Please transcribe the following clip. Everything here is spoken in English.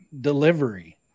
delivery